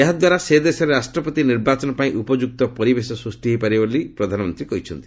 ଏହାଦ୍ୱାରା ସେଦେଶରେ ରାଷ୍ଟ୍ରପତି ନିର୍ବାଚନ ପାଇଁ ଉପଯୁକ୍ତ ପରିବେଶ ସୃଷ୍ଟି ହୋଇପାରିବ ବୋଲି ପ୍ରଧାନମନ୍ତ୍ରୀ କହିଛନ୍ତି